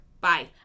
Bye